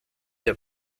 der